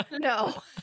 no